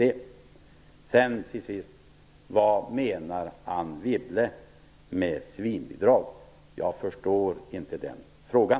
Till sist: Vad menar Anne Wibble med svinbidrag? Jag förstår inte den frågan.